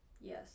Yes